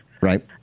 Right